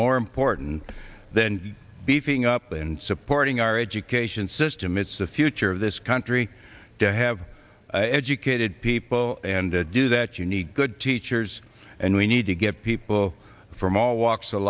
more important than beefing up and supporting our education system it's the future of this country to have educated people and to do that you need good teachers and we need to get people from all walks of